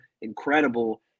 Incredible